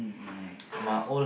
nice